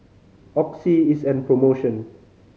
Oxy is on promotion